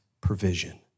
provision